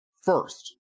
First